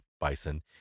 bison